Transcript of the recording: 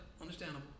understandable